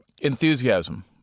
enthusiasm